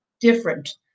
different